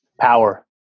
Power